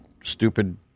stupid